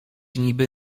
niby